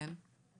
כן.